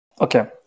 Okay